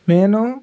నేను